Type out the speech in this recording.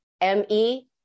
M-E